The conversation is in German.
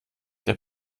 der